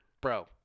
Bro